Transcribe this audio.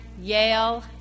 Yale